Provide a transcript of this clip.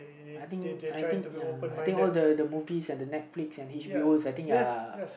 I think I think ya I think all the the movies and the Netflix and the HBO I think ya